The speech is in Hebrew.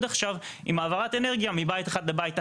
עכשיו עם העברת אנרגיה מבית אחד לבית אחר.